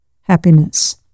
happiness